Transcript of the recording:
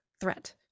threat